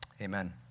Amen